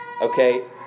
Okay